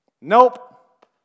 Nope